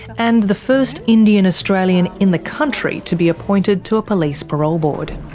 and the first indian-australian in the country to be appointed to a police parole board.